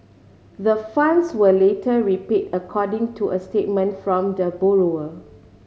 the funds were later repaid according to a statement from the borrower